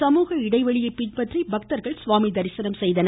சமூக இடைவெளியை பின்பற்றி பக்தர்கள் தரிசனம் செய்தனர்